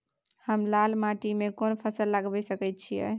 हम लाल माटी में कोन फसल लगाबै सकेत छी?